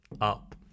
up